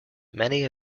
many